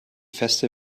feste